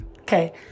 Okay